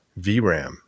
VRAM